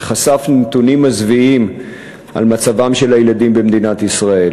שחשף נתונים מזוויעים על מצבם של הילדים במדינת ישראל,